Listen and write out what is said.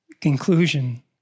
conclusion